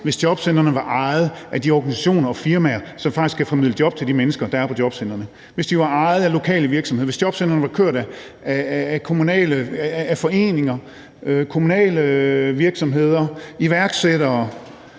hvis jobcentrene var ejet af de organisationer og firmaer, som faktisk skal formidle job til de mennesker, der er på jobcentrene – hvis de var ejet af lokale virksomheder, var kørt af foreninger, kommunale virksomheder, iværksættere,